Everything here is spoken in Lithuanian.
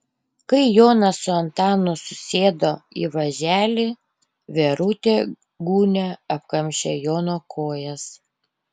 kai jonas su antanu susėdo į važelį verutė gūnia apkamšė jono kojas